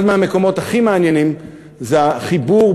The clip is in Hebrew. אחד מהמקומות הכי מעניינים הוא החיבור